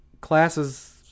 classes